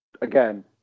again